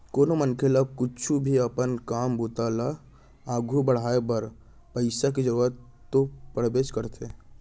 कोनो मनसे ल कुछु भी अपन काम बूता ल आघू बढ़ाय बर पइसा के जरूरत तो पड़बेच करथे